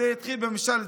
זה התחיל בממשל צבאי,